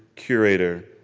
curator,